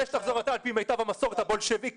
זה שתחזור אתה על פי מיטב המסורת הבולשביקית,